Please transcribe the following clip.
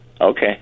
okay